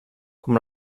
com